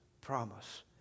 promise